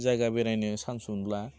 जायगा बेरायनो सान्स मोनब्ला